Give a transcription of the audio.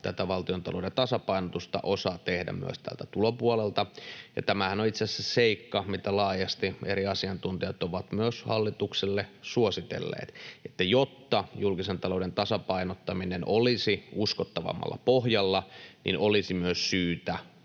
tätä valtiontalouden tasapainotusta osa tehdä myös täältä tulopuolelta. Tämähän on itse asiassa seikka, mitä laajasti eri asiantuntijat ovat myös hallitukselle suositelleet, että jotta julkisen talouden tasapainottaminen olisi uskottavammalla pohjalla, olisi myös syytä